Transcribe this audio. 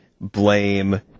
blame